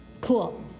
Cool